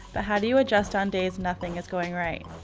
how do you adjust on days nothing is going right?